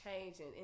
changing